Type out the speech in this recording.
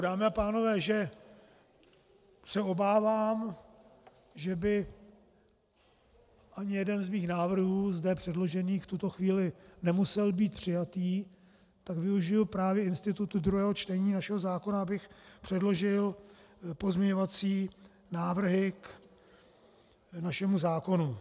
Dámy a pánové, vzhledem k tomu, že se obávám, že by ani jeden z mých návrhů zde předložených v tuto chvíli nemusel být přijatý, tak využiji právě institutu druhého čtení našeho zákona, abych předložil pozměňovací návrhy k našemu zákonu.